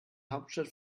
hauptstadt